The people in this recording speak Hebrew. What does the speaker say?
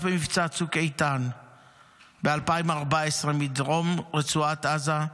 במבצע צוק איתן ב-2014 מדרום רצועת עזה,